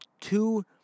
two